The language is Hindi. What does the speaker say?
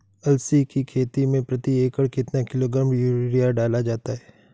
अलसी की खेती में प्रति एकड़ कितना किलोग्राम यूरिया डाला जाता है?